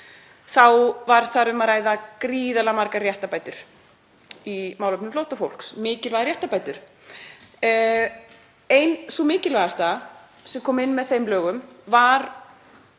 þau var þar um að ræða gríðarlega miklar réttarbætur í málefnum flóttafólks, mikilvægar réttarbætur. Ein sú mikilvægasta sem kom inn með þeim lögum var